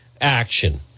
action